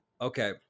Okay